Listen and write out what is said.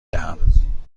دهم